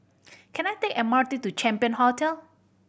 can I take M R T to Champion Hotel